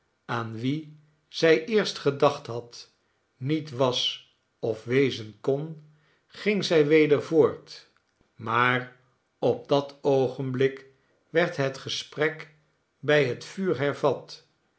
aan wien zij eerst gedacht had niet was of wezen kon ging zij weder voort maar op dat oogenblik werd het gesprek bij het vuur hervat